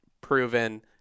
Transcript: proven